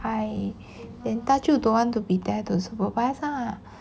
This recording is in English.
!hais! then 大舅 don't want to be there to supervise ah